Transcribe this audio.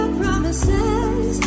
promises